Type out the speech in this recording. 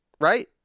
Right